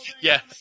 Yes